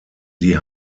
die